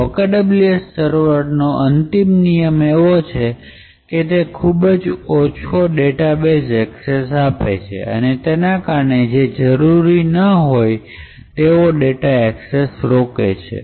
OKWS server નો અંતિમ નિયમ એવો છે કે તે ખુબ જ ઓછો ડેટાબેઝ ઍક્સેસ આપે છે અને તેના કારણે તે જરૂરી ન હોય તેવો ડેટા એક્સેસ રોકે છે